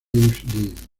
dean